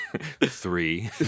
Three